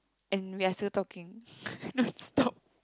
and we are still talking non stop